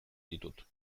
ditut